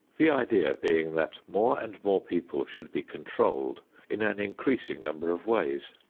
the idea being that more and more people should be controlled in an increasing number of ways.